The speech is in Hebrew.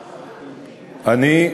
אני,